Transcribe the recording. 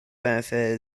benefit